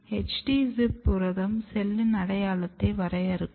HD ZIP புரதம் செல்லின் அடையாளத்தை வரையறுக்கும்